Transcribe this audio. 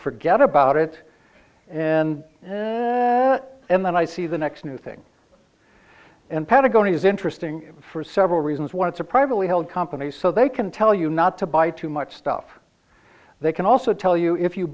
forget about it and and then i see the next new thing in patagonia is interesting for several reasons one it's a privately held company so they can tell you not to buy too much stuff they can also tell you if you